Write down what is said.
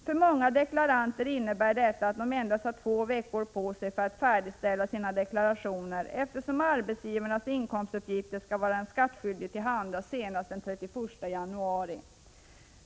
För många deklaranter innebär detta att de endast har två veckor på sig för att färdigställa sina deklarationer, eftersom arbetsgivarens inkomstuppgifter skall vara den skattskyldige till handa senast den 31 januari.